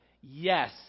Yes